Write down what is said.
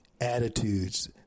attitudes